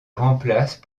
remplace